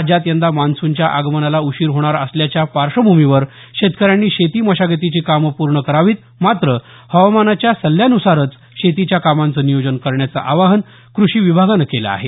राज्यात यंदा मान्सूनच्या आगमनाला उशीर होणार असल्याच्या पार्श्वभूमीवर शेतकऱ्यांनी शेती मशागतीची कामं पूर्ण करावीत मात्र हवामानाच्या सल्ल्यानुसार शेतीच्या कामाचं नियोजन करण्याचं आवाहन कृषि विभागानं केलं आहे